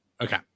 Okay